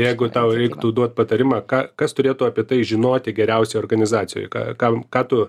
jeigu tau reiktų duot patarimą ką kas turėtų apie tai žinoti geriausioj organizacijoj ką kam ką tu